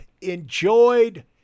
enjoyed